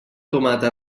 tomata